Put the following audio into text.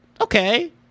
Okay